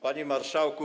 Panie Marszałku!